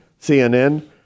CNN